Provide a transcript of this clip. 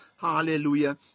hallelujah